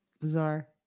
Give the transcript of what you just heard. bizarre